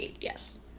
yes